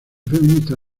feminista